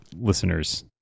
listeners